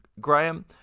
Graham